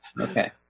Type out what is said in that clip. Okay